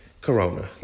corona